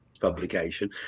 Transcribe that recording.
publication